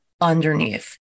underneath